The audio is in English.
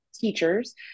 teachers